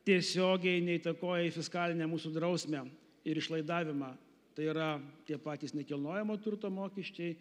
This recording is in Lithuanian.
tiesiogiai neįtakoja į fiskalinę mūsų drausmę ir išlaidavimą tai yra tie patys nekilnojamo turto mokesčiai